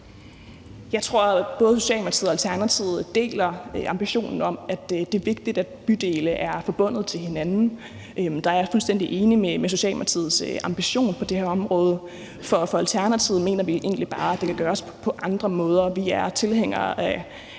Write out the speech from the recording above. Jeg tror, at både Socialdemokratiet og Alternativet deler ambitionen om, at det er vigtigt, at bydele er forbundet til hinanden. Der er jeg fuldstændig enig i Socialdemokratiets ambition på det her område. I Alternativet mener vi egentlig bare, at det kan gøres på andre måder. Vi er tilhængere af